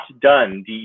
done